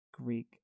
Greek